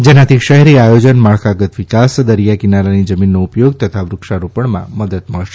જેનાથી શહેરી આયોજન માળખાગત વિકાસ દરિયાકિનારાની જમીનનો ઉપયોગ તથા વૃક્ષારોપણમાં મદદ મળશે